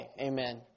Amen